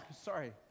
sorry